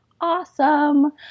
awesome